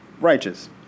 righteous